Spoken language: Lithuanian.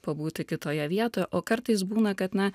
pabūti kitoje vietoje o kartais būna kad na